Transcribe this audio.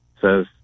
says